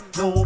no